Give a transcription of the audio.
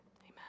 Amen